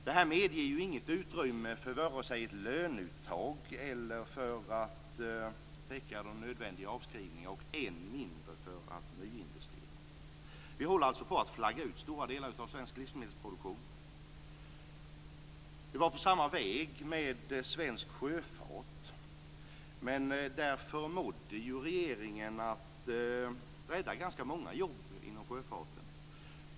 Det här medger ju inget utrymme vare sig för ett löneuttag eller för att täcka de nödvändiga avskrivningarna, och än mindre för att nyinvestera. Vi håller alltså på att flagga ut stora delar av svensk livsmedelsproduktion. Det var på samma väg med svensk sjöfart. Men regeringen förmådde ju rädda ganska många jobb inom sjöfarten.